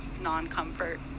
non-comfort